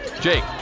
Jake